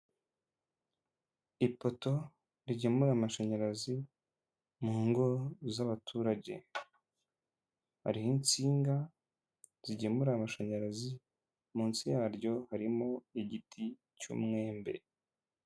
Ipoto rigemura amashanyarazi mu ngo z'abaturage, hariho insinga zigemura amashanyarazi. Munsi yaryo harimo igiti cy'umwembe.